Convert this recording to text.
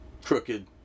crooked